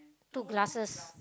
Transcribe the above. two glasses